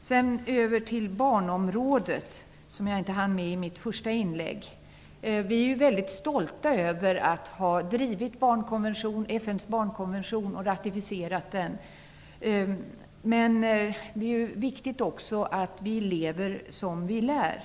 Sedan över till barnområdet, som jag inte hann med i mitt första inlägg. Vi är ju väldigt stolta över att ha drivit FN:s barnkonvention och ratificerat den. Men det är också viktigt att vi lever som vi lär.